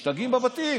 משתגעים בבתים.